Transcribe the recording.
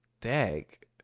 dag